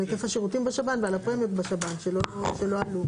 על היקף השירותים בשב"ן ועל הפרמיות בשב"ן שלא עלו.